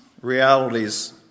realities